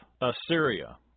Assyria